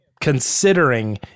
considering